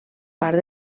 part